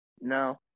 No